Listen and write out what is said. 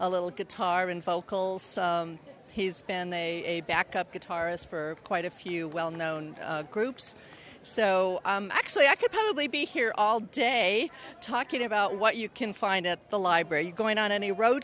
a little guitar and vocals he's been a backup guitarist for quite a few well known groups so actually i could probably be here all day talking about what you can find at the library going on any road